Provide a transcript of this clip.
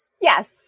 Yes